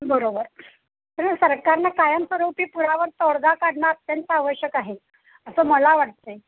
बरोबर सरकारनं कायमस्वरूपी पुरावर तोडगा काढणं अत्यंत आवश्यक आहे असं मला वाटतं आहे